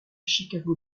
chicago